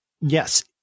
Yes